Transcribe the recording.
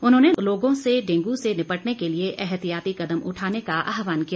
उन्होंने लोगों से डेंगू से निपटने के लिए एहतियाती कदम उठाने का आह्वान किया